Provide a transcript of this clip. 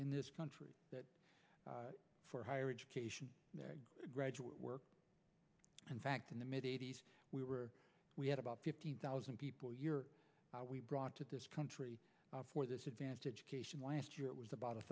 in this country for higher education graduate work in fact in the mid eighty's we were we had about fifteen thousand people your we brought to this country for this advanced education last year it was about a